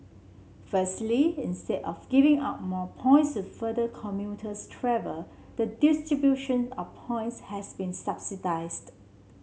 firstly instead of giving out more points the further commuters travel the distribution of points has been standardised